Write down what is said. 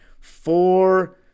Four